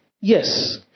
Yes